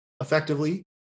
effectively